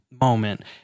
moment